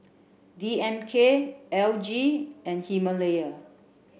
D M K L G and Himalaya